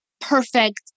perfect